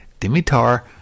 Dimitar